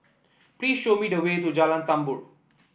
please show me the way to Jalan Tambur